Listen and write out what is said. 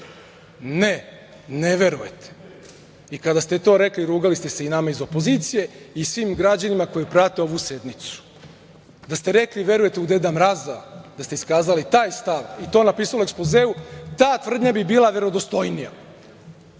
Ne, ne verujete. I kada ste to rekli, rugali ste se i nama iz opozicije i svim građanima koji prate ovu sednicu. Da ste rekli verujete u Deda Mraza, da ste iskazali taj stav, i to napisali u ekspozeu, ta tvrdnja bi bila verodostojnija.